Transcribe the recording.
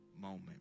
moment